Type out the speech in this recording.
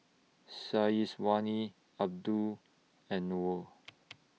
Syazwani Abdul and Noah